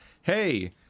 hey